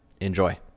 Enjoy